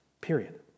period